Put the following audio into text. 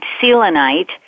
selenite